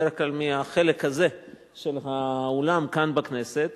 בדרך כלל מהחלק הזה של האולם כאן בכנסת,